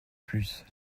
plus